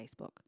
Facebook